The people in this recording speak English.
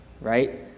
right